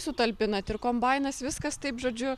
sutalpinat ir kombainas viskas taip žodžiu